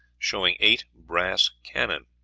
showing eight brass cannon.